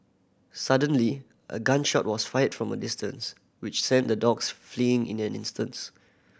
suddenly a gun shot was fired from a distance which sent the dogs fleeing in an instants